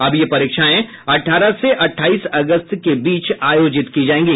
अब ये परीक्षाएं अठारह से अट्ठाईस अगस्त के बीच आयोजित की जाएंगी